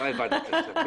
לא לוועדת הכספים.